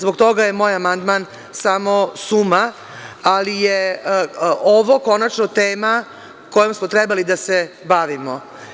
Zbog toga je moj amandman samo suma, ali je ovo konačno tema kojom smo trebali da se bavimo.